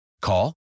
Call